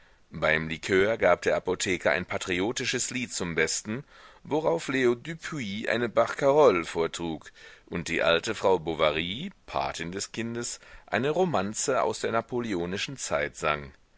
beim likör gab der apotheker ein patriotisches lied zum besten worauf leo düpuis eine barkarole vortrug und die alte frau bovary patin des kindes eine romanze aus der napoleonischen zeit sang